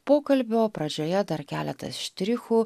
pokalbio pradžioje dar keletas štrichų